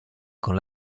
con